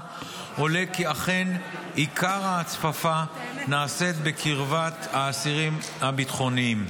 עולה כי אכן עיקר ההצפפה נעשית בקרב האסירים הביטחוניים.